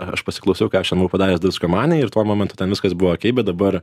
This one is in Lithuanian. aš pasiklausiau ką aš ten buvau padaręs diskomanei ir tuo momentu ten viskas buvo okei bet dabar